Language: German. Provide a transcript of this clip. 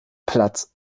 platz